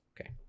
okay